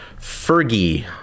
Fergie